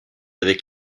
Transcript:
avec